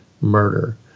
murder